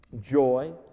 joy